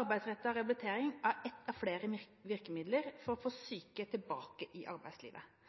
Arbeidsrettet rehabilitering er ett av flere virkemidler for å få syke tilbake i arbeidslivet.